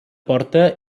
porta